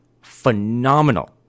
phenomenal